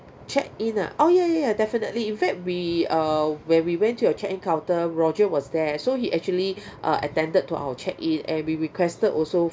check in ah oh ya ya ya definitely in fact we uh when we went to your check counter roger was there so he actually uh attended to our check in and we requested also for